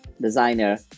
designer